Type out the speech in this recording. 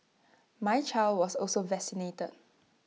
my child was also vaccinated